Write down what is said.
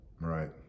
Right